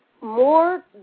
more